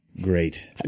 Great